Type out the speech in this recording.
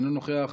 אינו נוכח,